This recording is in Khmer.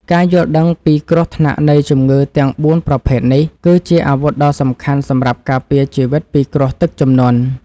ការយល់ដឹងពីគ្រោះថ្នាក់នៃជំងឺទាំងបួនប្រភេទនេះ គឺជាអាវុធដ៏សំខាន់សម្រាប់ការពារជីវិតពីគ្រោះទឹកជំនន់។